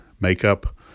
makeup